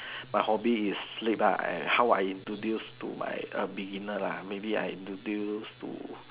my hobby is sleep ah how I introduce to my beginner lah maybe I introduce to